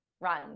run